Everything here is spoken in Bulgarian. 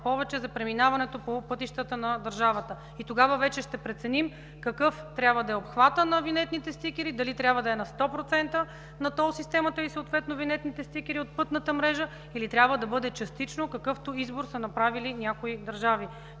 повече за преминаването по пътищата на държавата. Тогава вече ще преценим какъв трябва да е обхватът на винетните стикери, дали трябва да е на сто процента на тол системата и съответно винетните стикери от пътната мрежа, или трябва да бъде частично, какъвто избор са направили някои държави.